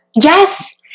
Yes